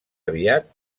aviat